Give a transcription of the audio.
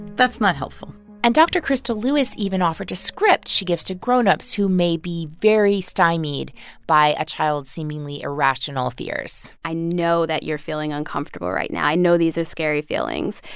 that's not helpful and dr. krystal lewis even offered a script she gives to grown-ups who may be very stymied by a child's seemingly irrational fears i know that you're feeling uncomfortable right now. i know these are scary feelings.